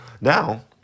Now